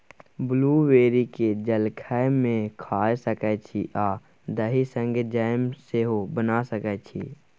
blueberry केँ जलखै मे खाए सकै छी आ दही संगै जैम सेहो बना सकै छी